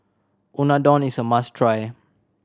unadon is a must try